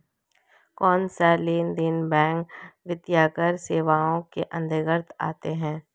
कौनसे लेनदेन गैर बैंकिंग वित्तीय सेवाओं के अंतर्गत आते हैं?